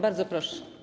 Bardzo proszę.